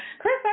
Chris